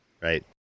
Right